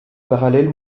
parallèle